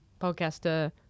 podcaster